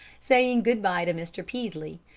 saying good-by to mr. peaslee,